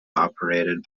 operated